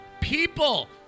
people